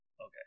okay